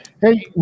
Hey